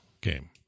game